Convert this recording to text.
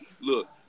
Look